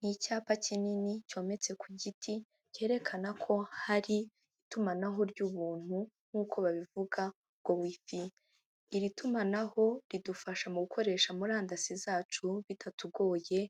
Ni icyapa kinini cyometse ku giti cyerekana ko hari itumanaho ry'ubuntu nk'uko babivuga ngo wifi, iri tumanaho ridufasha mu gukoresha murandasi zacu bitatugoye,